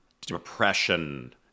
depression